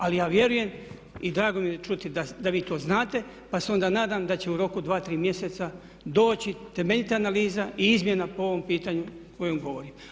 Ali ja vjerujem i drago mi je čuti da vi to znate pa se onda nadam da ću u roku 2, 3 mjeseca doći temeljita analiza i izmjena po ovom pitanju o kojem govorim.